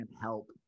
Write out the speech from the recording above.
help